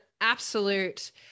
absolute